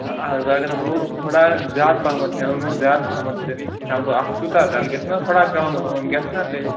اگر حظ وۄنۍ تھوڑا زیادٕ پَہمَتھ ہیٚمہٕ زیادٕ پَہمَتھ دِ ہیٚمہٕ بہٕ اَتھ کوٗتاہ تیٚلہٕ گَژھہِ نا تھوڑا کَم گَژھہِ نا تیٚلہِ